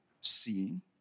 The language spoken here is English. seeing